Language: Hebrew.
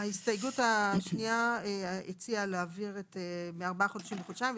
ההסתייגות השנייה הציעה להעביר מארבעה חודשים לחודשיים,